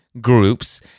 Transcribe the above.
groups